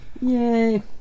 yay